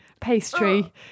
pastry